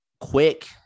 Quick